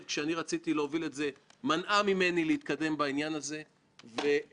גיבשנו איזשהו מודל שאנסה לקדם בכנסת הבאה.